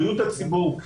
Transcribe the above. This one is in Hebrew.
בריאות הציבור,